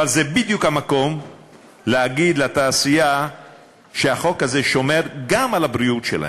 אבל זה בדיוק המקום להגיד לתעשייה שהחוק הזה שומר גם על הבריאות שלהם.